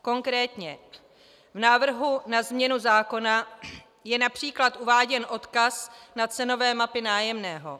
Konkrétně v návrhu na změnu zákona je například uváděn odkaz na cenové mapy nájemného.